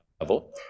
level